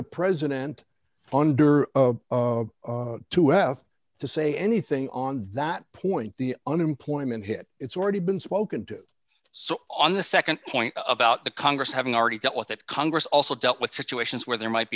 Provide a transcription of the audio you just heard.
the president under to have to say anything on that point the unemployment hit its already been spoken to so on the nd point about the congress having already dealt with it congress also dealt with situations where there might